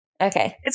Okay